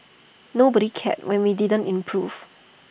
nobody cared when we didn't improve